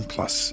Plus